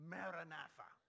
Maranatha